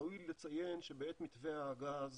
ראוי מאוד לציין שבעת מתווה הגז